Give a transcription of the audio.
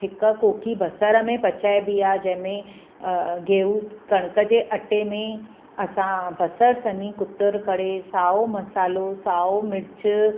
हिकु कोकी बसर में पचाइबी आहे जंहिंमे अ गेहू कण्क जे अटे में असां बसर सनी कुतुर करे साओ मसालो साओ मिर्च